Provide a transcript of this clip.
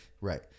Right